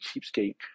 cheapskate